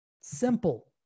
Simple